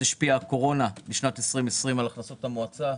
השפיעה הקורונה בשנת 2020 על הכנסות המועצה.